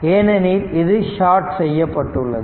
ஏனெனில் இது ஷார்ட் செய்யப்பட்டுள்ளது